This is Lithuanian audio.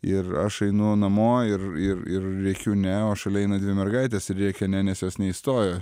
ir aš einu namo ir ir ir rėkiu ne o šalia eina dvi mergaitės ir rėkia ne nes jos neįstojo